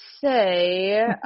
say